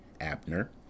abner